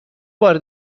بار